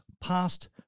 past